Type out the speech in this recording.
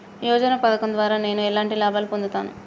యోజన పథకం ద్వారా నేను ఎలాంటి లాభాలు పొందుతాను?